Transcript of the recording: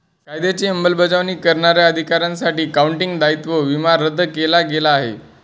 कायद्याची अंमलबजावणी करणाऱ्या अधिकाऱ्यांसाठी काउंटी दायित्व विमा रद्द केला गेला आहे